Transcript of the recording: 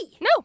no